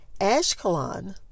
Ashkelon